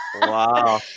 Wow